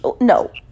no